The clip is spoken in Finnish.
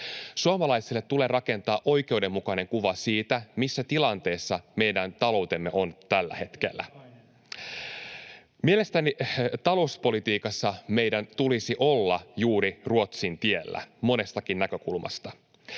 Suomalaisille tulee rakentaa oikeudenmukainen kuva siitä, missä tilanteessa meidän taloutemme on tällä hetkellä. [Välihuuto vasemmalta] Mielestäni talouspolitiikassa meidän tulisi olla juuri Ruotsin tiellä, monestakin näkökulmasta.